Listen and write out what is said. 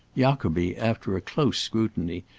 jacobi, after a close scrutiny,